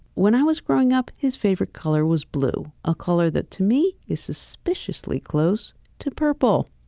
when i was growing up, his favorite color was blue, a color that to me is suspiciously close to purple.